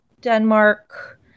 Denmark